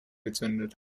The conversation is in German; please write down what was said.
gezündet